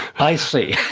i see.